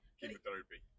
chemotherapy